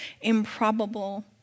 improbable